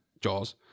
Jaws